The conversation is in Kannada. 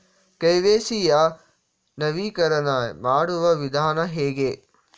ಕೆ.ವೈ.ಸಿ ಯ ನವೀಕರಣ ಮಾಡುವ ವಿಧಾನ ಹೇಗೆ?